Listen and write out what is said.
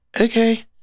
Okay